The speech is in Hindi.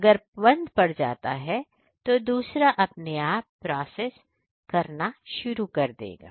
अगर बंद पड़ जाता है तो दूसरा अपने आप प्रोसेस करना शुरू कर देगा